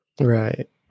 Right